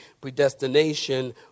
predestination